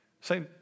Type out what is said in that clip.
Say